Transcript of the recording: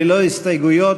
ללא הסתייגויות,